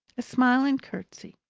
a smile and curtsy.